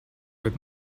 with